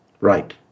Right